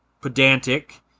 pedantic